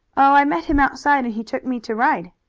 oh, i met him outside and he took me to ride.